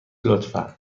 لطفا